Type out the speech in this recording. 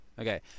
Okay